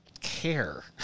care